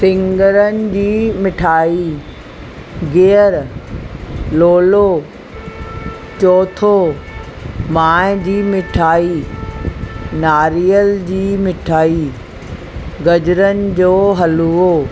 सिङरनि जी मिठाई घीअर लोलो चौथो माए जी मिठाई नारियल जी मिठाई गजरनि जो हलवो